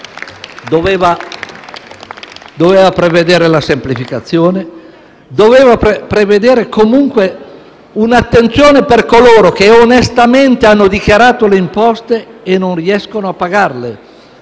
dovuto prevedere la semplificazione e comunque un'attenzione per coloro che onestamente hanno dichiarato le imposte e non riescono a pagarle.